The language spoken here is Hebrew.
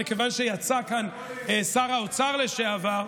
כיוון שיצא כאן שר האוצר לשעבר,